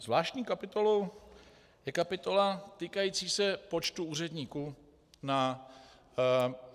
Zvláštní kapitolou je kapitola týkající se počtu úředníků na MZe.